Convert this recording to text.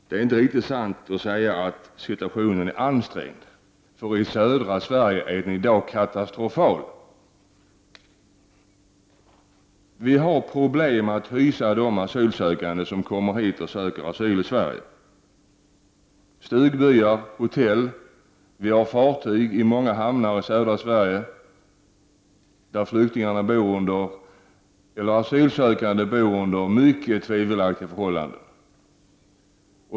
Det är inte riktigt sant att säga att situationen är ansträngd. I södra Sverige är den i dag katastrofal. Vi har problem att hysa dem som kommer hit och söker asyl i Sverige. Vi har stugbyar, hotell och fartyg i många hamnar i södra Sverige, där de asylsökande bor under mycket tvivelaktiga förhållanden.